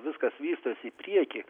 viskas vystosi į priekį